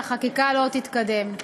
והחקיקה לא תתקדם.